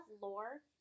Lore